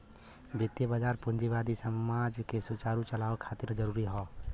वित्तीय बाजार पूंजीवादी समाज के सुचारू संचालन खातिर जरूरी हौ